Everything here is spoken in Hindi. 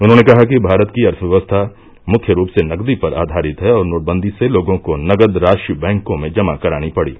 उन्होंने कहा कि भारत की अर्थव्यवस्था मुख्य रूप से नगदी पर आधारित है और नोटबंदी से लोगों को नगद राशि बैंकों में जमा करानी पड़ी